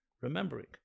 remembering